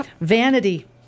Vanity